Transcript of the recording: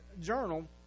journal